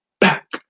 back